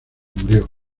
murió